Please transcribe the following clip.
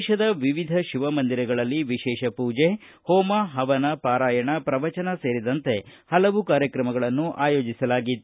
ದೇಶದ ವಿವಿಧ ಶಿವ ಮಂದಿರಗಳಲ್ಲಿ ವಿಶೇಷ ಪೂಜೆ ಹೋಮ ಹವನ ಪಾರಾಯಣ ಪ್ರವಚನ ಸೇರಿದಂತೆ ಹಲವು ಕಾರ್ಯಕ್ರಮಗಳನ್ನು ಆಯೋಜಿಸಲಾಗಿತ್ತು